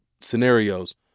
scenarios